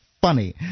funny